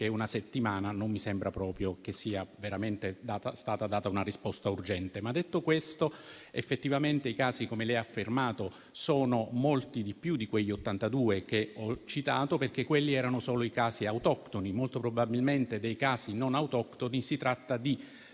una settimana non mi sembra proprio che sia stata veramente data una risposta urgente. Detto ciò, effettivamente i casi - come lei ha affermato - sono molto di più di quegli 82 che ho citato, perché quelli erano solo gli autoctoni. Molto probabilmente nei casi non autoctoni si tratta di